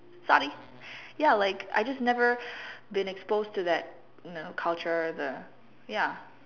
sorry ya like I just never been exposed to that you know culture the ya